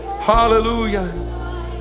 Hallelujah